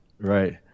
right